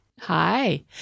Hi